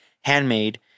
handmade